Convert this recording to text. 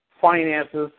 finances